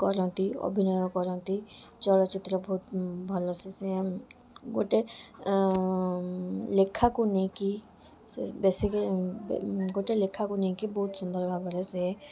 କରନ୍ତି ଅଭିନୟ କରନ୍ତି ଚଳଚିତ୍ର ବହୁତ ଭଲସେ ସେ ଗୋଟେ ଲେଖାକୁ ନେଇ କି ସେ ବେଶୀ କି ଗୋଟେ ଲେଖାକୁ ନେଇ କି ବହୁତ ସୁନ୍ଦର ଭାବରେ ସେ